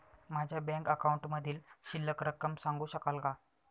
माझ्या बँक अकाउंटमधील शिल्लक रक्कम सांगू शकाल का?